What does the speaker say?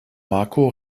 marco